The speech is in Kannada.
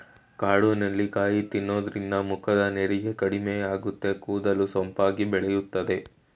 ಕಾಡು ನೆಲ್ಲಿಕಾಯಿ ತಿನ್ನೋದ್ರಿಂದ ಮುಖದ ನೆರಿಗೆ ಕಡಿಮೆಯಾಗುತ್ತದೆ, ಕೂದಲು ಸೊಂಪಾಗಿ ಬೆಳೆಯುತ್ತದೆ